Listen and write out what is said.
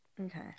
Okay